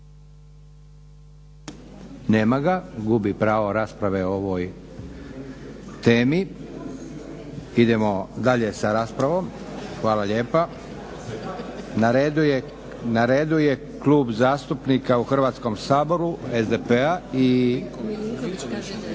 Nema ga, gubi pravo rasprave o ovoj temi. Idemo dalje sa raspravom. Hvala lijepa. Na redu je Klub zastupnika u Hrvatskom saboru SDP-a i